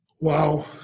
Wow